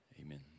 Amen